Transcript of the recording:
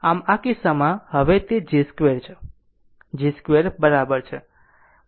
આમ આ કિસ્સામાં આ હવે તે j2 છે j2 બરાબર છે 1